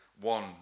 one